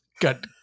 got